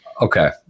Okay